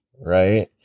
Right